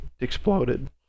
exploded